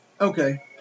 Okay